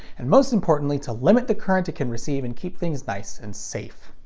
and most importantly to limit the current it can receive and keep things nice and safe.